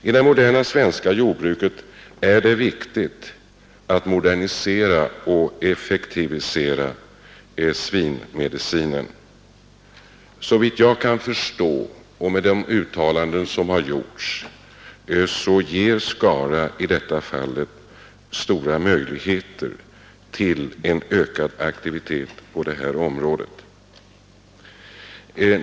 I det moderna svenska jordbruket är det viktigt att modernisera och effektivisera svinmedicinen. Såvitt jag kan förstå och enligt de uttalanden som gjorts ger Skara stora möjligheter till ökad aktivitet på detta område.